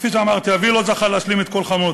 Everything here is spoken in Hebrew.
כפי שאמרתי, אבי לא זכה להשלים את כל חלומותיו.